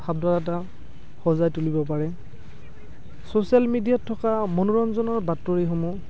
ভাৱধাৰা এটা সজাই তুলিব পাৰে চ'চিয়েল মিডিয়াত থকা মনোৰঞ্জনৰ বাতৰিসমূহ